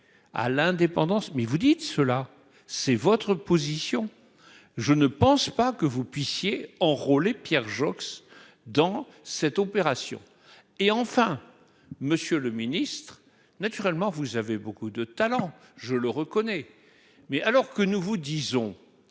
à l'indépendance, mais vous dites cela, c'est votre position, je ne pense pas que vous puissiez enrôlé Pierre Joxe dans cette opération et enfin Monsieur le Ministre, naturellement, vous avez beaucoup de talent, je le reconnais mais alors que nous vous disons